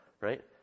right